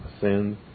sins